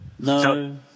No